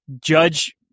Judge